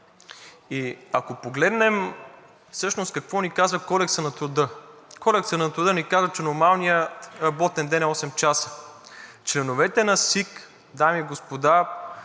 Ако погледнем, всъщност какво ни казва Кодексът на труда? Кодексът на труда ни казва, че нормалният работен ден е осем часа. Членовете на СИК, дами и господа,